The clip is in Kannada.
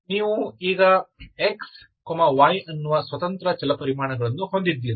ನೀವು ಈಗ xy ಅನ್ನುವ ಸ್ವತಂತ್ರ ಚಲಪರಿಮಾಣಗಳನ್ನು ಹೊಂದಿದ್ದೀರಿ